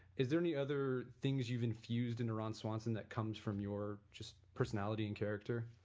is there any other things you've infused in ron swanson that comes from your just personality and character?